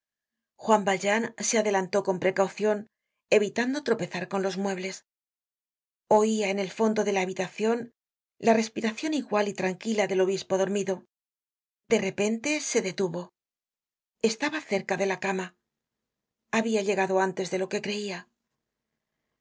juan valjean se adelantó con precaucion evitando tropezar con los muebles oia en el fondo de la habitacion la respiracion igual y tranquila del obispo dormido de repente se detuvo estaba cerca de la cama habia llegado antes de lo que creia la